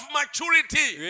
maturity